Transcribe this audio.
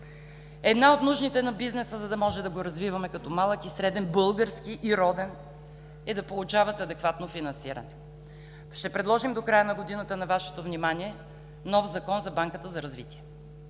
Една от нуждите на бизнеса, за да може да го развиваме като малък и среден – български и роден, е да получава адекватно финансиране. Ще предложим до края на годината на Вашето внимание нов Закон за Банката за развитие.